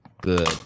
good